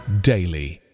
daily